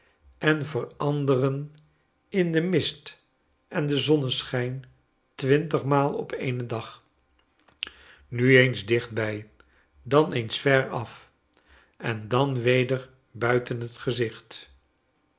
en veranderen in den mist en den zonneschijn twintigmaal op eene dag nu eens dichtbij dan eens veraf en dan weder buiten het gezicht